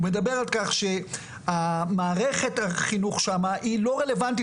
הוא מדבר על כך שמערכת החינוך שם היא לא רלוונטית.